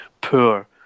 poor